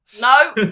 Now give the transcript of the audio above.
No